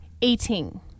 eating